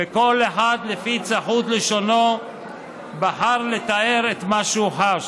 וכל אחד לפי צחות לשונו בחר לתאר את מה שהוא חש,